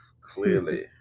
clearly